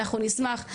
אנחנו נשמח.